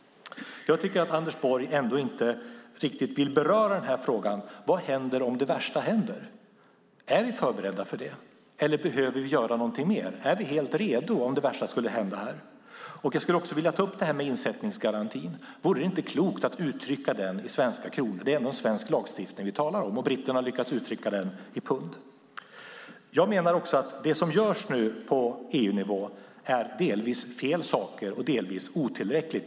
Anders Borg vill inte riktigt beröra frågan vad som händer om det värsta händer. Är vi förberedda för det eller behöver vi göra något mer? Är vi helt redo om det värsta skulle hända? Jag ska också ta upp insättningsgarantin. Vore det inte klokt att uttrycka den i svenska kronor? Det är ändå en svensk lagstiftning vi talar om. Britterna har ju lyckats uttrycka den i pund. Det som görs på EU-nivå är delvis fel saker och delvis otillräckligt.